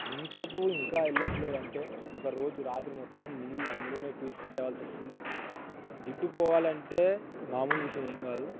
ఇంతకు ఇంకా వెళ్ళట్లేదు అంటే ఒక రోజు రాత్రి మొత్తం నీళ్ళు అందులోనే పోసి పెట్టాల్సి వస్తుంది జిడ్డు పోవాలంటే మాములు విషయం ఏం కాదు